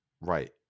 Right